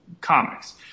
comics